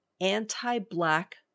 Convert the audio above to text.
anti-black